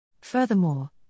Furthermore